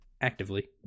actively